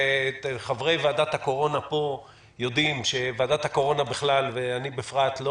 חברי ועדת הקורונה פה יודעים שוועדת הקורונה בכלל ואני בפרט לא